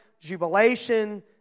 jubilation